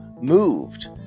moved